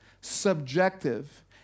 subjective